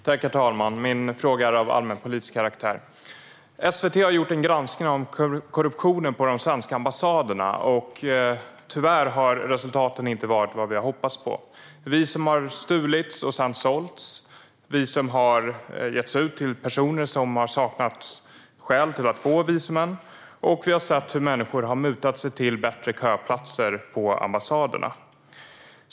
Herr talman! Min fråga är av allmänpolitisk karaktär. SVT har gjort en granskning av korruptionen på de svenska ambassaderna. Tyvärr har resultaten inte varit vad vi hade hoppats på. Visum har stulits och sedan sålts, visum har getts ut till personer som har saknat skäl för att få visum och människor har mutat sig till bättre köplatser på ambassaderna.